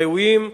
ראויים,